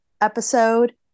episode